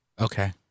Okay